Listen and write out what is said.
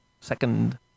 Second